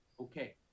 okay